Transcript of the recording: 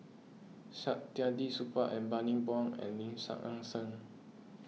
Saktiandi Supaat and Bani Buang and Lim Nang Seng